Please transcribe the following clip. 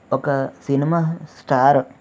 ఒక cinema star